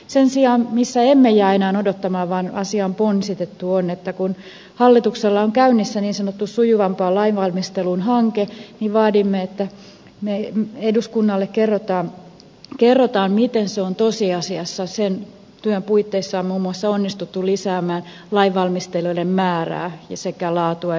sen sijaan se missä emme jää enää odottamaan vaan asia on ponsitettu on että kun hallituksella on käynnissä niin sanottu sujuvampaan lainvalmisteluun hanke niin vaadimme että eduskunnalle kerrotaan miten tosiasiassa sen työn puitteissa on muun muassa onnistuttu lisäämään lainvalmistelijoiden määrää sekä laatua yhteistyökeinoja